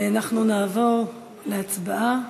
אנחנו נעבור להצבעה.